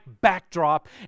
backdrop